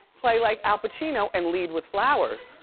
play like al pacino and lead with flowers.